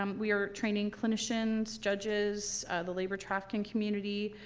um we are training clinicians, judges the labor trafficking community,